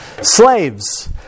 Slaves